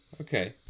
Okay